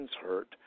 hurt